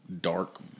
dark